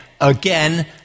again